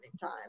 time